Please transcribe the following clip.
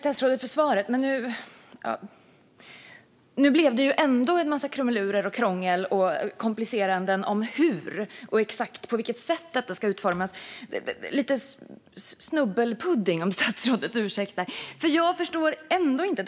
Herr talman! Nu blev det ändå en massa krumelurer och krångel - ett komplicerande av hur och exakt på vilket sätt detta ska utformas. Det blir lite snubbelpudding, om statsrådet ursäktar, och jag förstår ändå inte.